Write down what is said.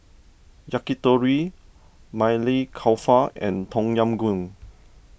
Yakitori Maili Kofta and Tom Yam Goong